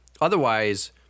Otherwise